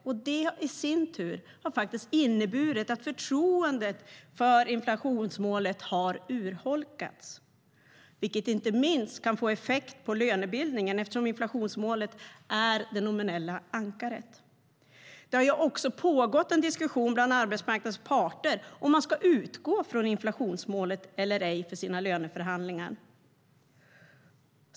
Och det har i sin tur inneburit att förtroendet för inflationsmålet har urholkats, vilket inte minst kan få effekt på lönebildningen eftersom inflationsmålet är det nominella ankaret. Arbetsmarknadens parter har också diskuterat om man ska utgå från inflationsmålet i sina löneförhandlingar eller ej.